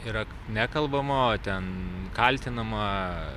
yra nekalbama o ten kaltinama